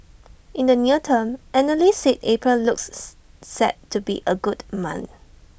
in the near term analysts said April looks set to be A good month